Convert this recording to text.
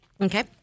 Okay